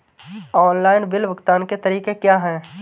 Online bill भुगतान के तरीके क्या हैं?